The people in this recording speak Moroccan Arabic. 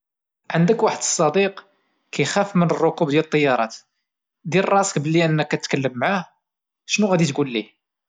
عندك واحد الصديق كيخاف من ركوب ديال الطيارات دير راسك انك غتكلم معه شنو غادي تقوليه؟